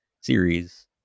series